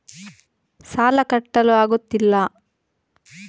ಸಾಲ ಕಟ್ಟಲು ಆಗುತ್ತಿಲ್ಲ